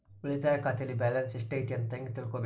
ಉಳಿತಾಯ ಖಾತೆಯಲ್ಲಿ ಬ್ಯಾಲೆನ್ಸ್ ಎಷ್ಟೈತಿ ಅಂತ ಹೆಂಗ ತಿಳ್ಕೊಬೇಕು?